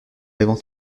avant